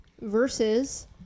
versus